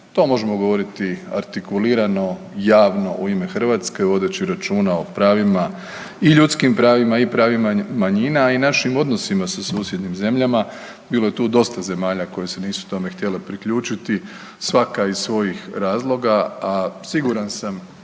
To možemo govoriti artikulirano, javno u ime Hrvatske, vodeći računa o pravima i ljudskim pravima i pravima manjina i našim odnosima sa susjednim zemljama. Bilo je tu dosta zemalja koje se nisu tome htjele priključiti, svaka iz svojih razloga, a siguran sam